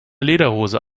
lederhose